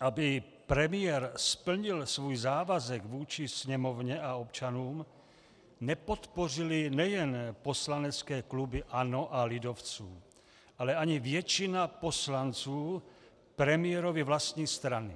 aby premiér splnil svůj závazek vůči Sněmovně a občanům, nepodpořily nejen poslanecké kluby ANO a lidovců, ale ani většina poslanců premiérovy vlastní strany.